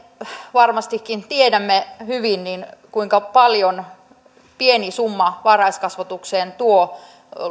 varmastikin tiedämme hyvin kuinka pieni summa varhaiskasvatukseen tuo